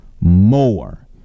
more